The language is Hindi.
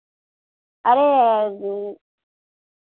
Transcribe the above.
अरे